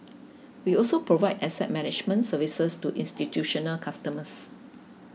we also provide asset management services to institutional customers